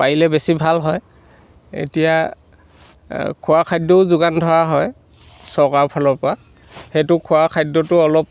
পাৰিলে বেছি ভাল হয় এতিয়া খোৱা খাদ্যও যোগান ধৰা হয় চৰকাৰৰ ফালৰ পৰা সেইটো খোৱা খাদ্যটো অলপ